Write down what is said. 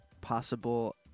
possible